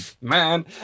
man